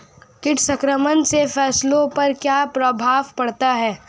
कीट संक्रमण से फसलों पर क्या प्रभाव पड़ता है?